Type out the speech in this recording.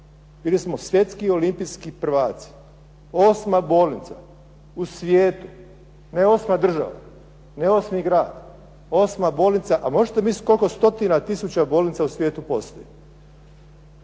Bili smo svjetski olimpijski prvaci, osma bolnica u svijetu, ne osma država, ne osmi grad, osma bolnica, a možete misliti koliko stotina tisuća bolnica u svijetu postoji.